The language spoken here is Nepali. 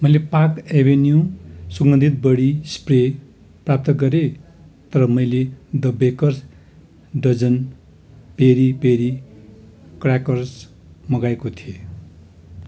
मैले पार्क एभेन्यु सुगन्धित बडी स्प्रे प्राप्त गरेँ तर मैले the Baker's dozen peri peri crackers मगाएको थिएँ